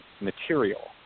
material